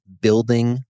building